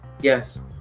Yes